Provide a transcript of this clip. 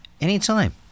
anytime